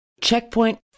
Checkpoint